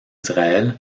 israël